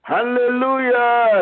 Hallelujah